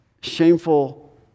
shameful